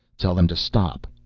tell them to stop,